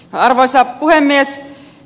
arvoisa puhemies